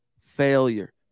failure